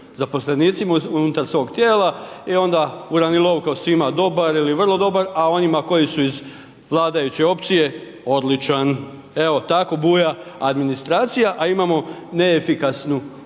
zaposlenicima unutar svoj tijela i ona uranilovka u svima dobar ili vrlo dobar, a onima koji su iz vladajuće opcije odličan, evo tako buja administracija, a imamo neefikasnu